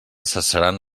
cessaran